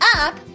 up